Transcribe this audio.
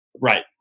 right